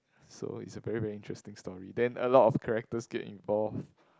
so it's a very very interesting story then a lot of characters get involved